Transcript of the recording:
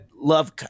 love